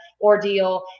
ordeal